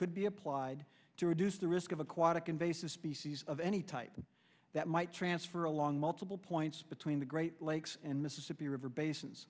could be applied to reduce the risk of aquatic invasive species of any type that might transfer along multiple points between the great lakes and mississippi river basins